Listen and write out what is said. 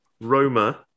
Roma